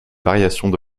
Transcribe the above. variations